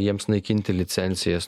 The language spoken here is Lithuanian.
jiems naikinti licencijas